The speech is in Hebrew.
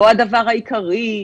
לא הדבר העיקרי,